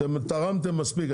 אתם תרמתם מספיק,